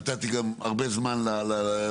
נתתי גם הרבה זמן להתבטא,